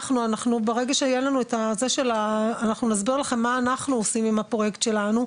ברגע שאנחנו נסביר לכם מה אנחנו עושים עם הפרויקט שלנו,